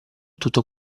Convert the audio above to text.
tutto